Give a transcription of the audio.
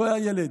תוהה הילד.